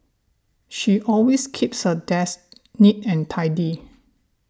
she always keeps her desk neat and tidy